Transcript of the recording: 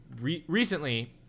Recently